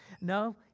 No